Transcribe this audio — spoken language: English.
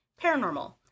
paranormal